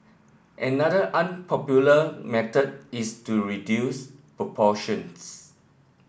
another unpopular method is to reduce portions